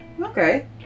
okay